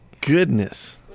goodness